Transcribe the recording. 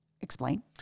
Explain